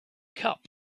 cup